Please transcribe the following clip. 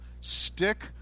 Stick